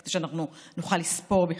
בשביל שאנחנו נוכל לספור בכלל.